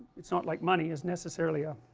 it's not like money is necessarily a